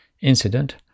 incident